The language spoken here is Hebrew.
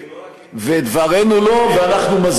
ודברינו לא, צריך להסביר, לא רק להתגונן.